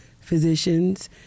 physicians